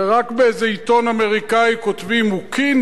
זה רק באיזה עיתון אמריקני כותבים: הוא king.